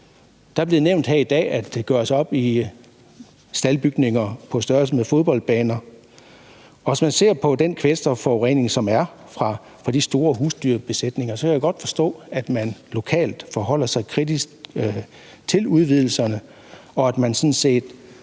Der bliver nævnt her i dag, at staldbygninger gøres op i størrelser som fodboldbaner. Og hvis man ser på den kvælstofforurening, som der er fra de store husdyrbesætninger, kan jeg godt forstå, at man lokalt forholder sig kritisk til udvidelserne, og at man sådan set